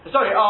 Sorry